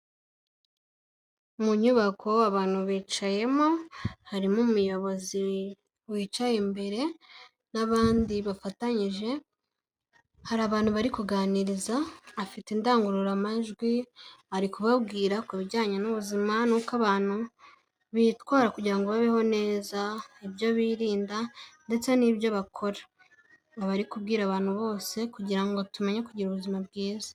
Mu nyubako abantu bicayemo, harimo umuyobozi wicaye imbere n'abandi bafatanyije, hari abantu bari kuganiriza, afite indangururamajwi, ari kubabwira ku bijyanye n'ubuzima n'uko abantu bitwara kugira ngo babeho neza, ibyo birinda ndetse n'ibyo bakora, akaba ari kubwira abantu bose kugira ngo tumenye kugira ubuzima bwiza.